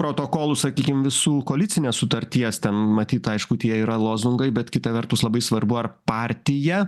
protokolų sakykim visų koalicinės sutarties ten matyt aišku tie yra lozungai bet kita vertus labai svarbu ar partija